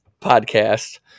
podcast